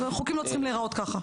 חוקים לא צריכים להראות ככה.